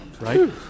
right